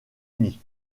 uni